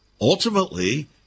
Ultimately